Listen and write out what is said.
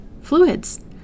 fluids